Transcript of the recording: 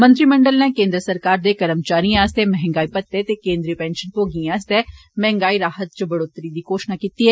मंत्रिमंडल नै केन्द्र सरकार दे कर्मचारिएं आस्तै मैंह्गाई भत्तेते केन्द्रीय पेंषन भोगिएं आस्तै मैंह्गाई राह्त च बढ़ोतरी दी घोशणा कीती ऐ